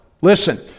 Listen